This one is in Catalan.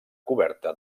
coberta